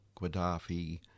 Gaddafi